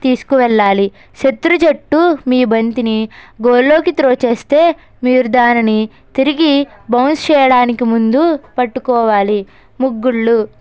తీసుకు వెళ్లాలి శత్రు జట్టు మీ బంతిని గోల్లోకి త్రో చేస్తే మీరు దానిని తిరిగి బౌన్స్ చేయడానికి ముందు పట్టుకోవాలి ముగ్గుళ్లు